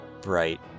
bright